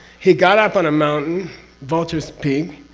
he got up on a mountain vultures peak,